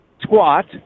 squat